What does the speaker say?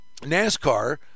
NASCAR